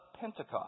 Pentecost